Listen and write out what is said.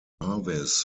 jarvis